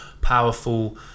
powerful